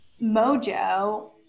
mojo